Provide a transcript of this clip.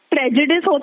prejudice